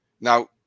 now